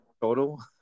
total